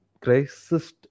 crisis